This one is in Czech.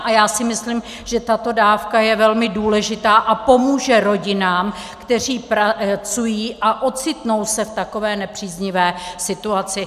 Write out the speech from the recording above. A já si myslím, že tato dávka je velmi důležitá a pomůže rodinám, které pracují a ocitnou se v takové nepříznivé situaci.